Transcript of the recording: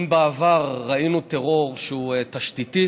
אם בעבר ראינו טרור שהוא תשתיתי,